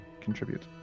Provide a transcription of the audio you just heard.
contribute